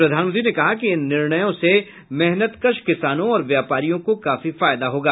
प्रधानमंत्री ने कहा कि इन निर्णयों से मेहनतकश किसानों और व्यापारियों को काफी फायदा होगा